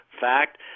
fact